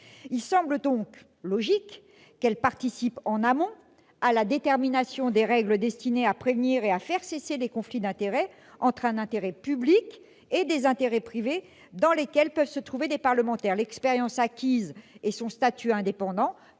de la vie publique participe en amont à la détermination des règles destinées à prévenir et à faire cesser les conflits d'intérêts entre un intérêt public et des intérêts privés dans lesquels peuvent se trouver des parlementaires. L'expérience acquise et son statut indépendant